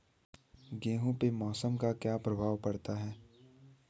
गेहूँ पे मौसम का क्या प्रभाव पड़ता है?